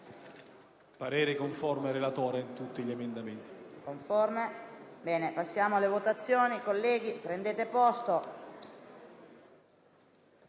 parere conforme al relatore su tutti gli emendamenti,